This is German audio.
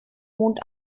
mond